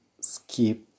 Skip